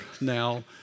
now